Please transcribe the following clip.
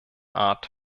art